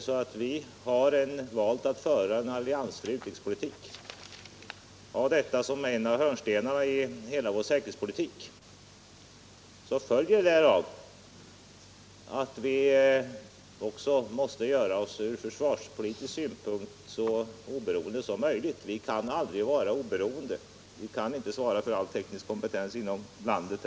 Har vi valt att föra en alliansfri utrikespolitik och att ha denna som en av hörnstenarna i hela vår säkerhetspolitik, följer därav att vi måste göra oss försvarspolitiskt så oberoende som möjligt. Vi kan aldrig vara helt oberoende, vi kan inte få fram all teknisk kompetens inom landet.